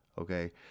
okay